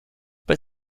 but